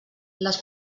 les